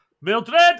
Mildred